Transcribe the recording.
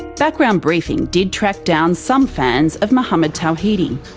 background briefing did track down some fans of mohammed tawhidi.